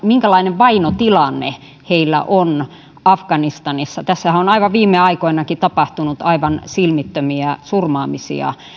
minkälainen vainotilanne tuolla heimolla on afganistanissa tässähän on aivan viime aikoinakin tapahtunut aivan silmittömiä surmaamisia